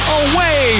away